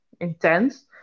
intense